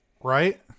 right